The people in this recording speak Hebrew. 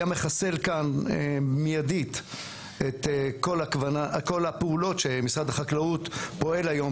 היה מחסל כאן מיידית את כל הפעולות שמשרד החקלאות פועל היום